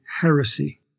heresy